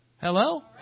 Hello